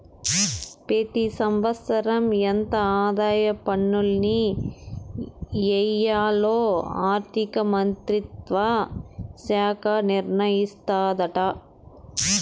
పెతి సంవత్సరం ఎంత ఆదాయ పన్నుల్ని ఎయ్యాల్లో ఆర్థిక మంత్రిత్వ శాఖ నిర్ణయిస్తాదాట